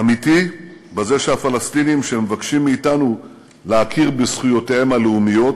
אמיתי בזה שהפלסטינים שמבקשים מאתנו להכיר בזכויותיהם הלאומיות